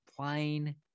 plain